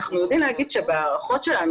אנחנו יודעים להגיד בהערכות שלנו,